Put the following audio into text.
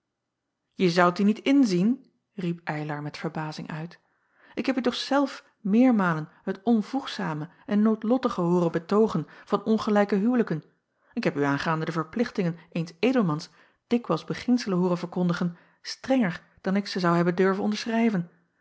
e zoudt die niet inzien riep ylar met verbazing uit ik heb u toch zelf meermalen het onvoegzame en noodlottige hooren betoogen van ongelijke huwelijken ik heb u aangaande de verplichtingen eens edelmans dikwijls beginselen hooren verkondigen strenger dan ik ze zou hebben durven onderschrijven